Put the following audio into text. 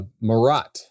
Marat